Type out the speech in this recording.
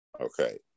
okay